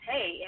Hey